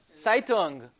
saitung